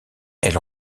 elle